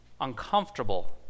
uncomfortable